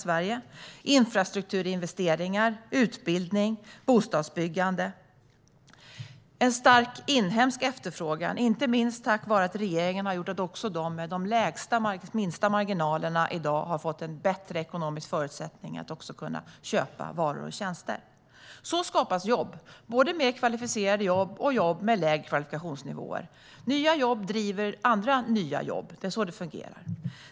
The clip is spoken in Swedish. Det handlar om infrastrukturinvesteringar, utbildning och bostadsbyggande. Det finns en stark inhemsk efterfrågan, inte minst tack vare att regeringen har gjort så att också de med de minsta marginalerna i dag har bättre ekonomiska förutsättningar att kunna köpa varor och tjänster. Så skapas jobb, både mer kvalificerade jobb och jobb med lägre kvalifikationsnivåer. Nya jobb driver andra nya jobb. Det är så det fungerar.